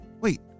wait